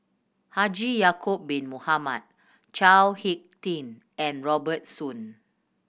Haji Ya'acob Bin Mohamed Chao Hick Tin and Robert Soon